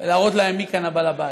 להראות להם מי כאן הבעל בית.